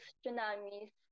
tsunamis